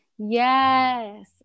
Yes